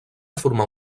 formar